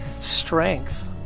strength